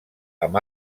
amb